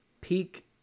peak